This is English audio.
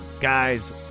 Guys